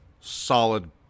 solid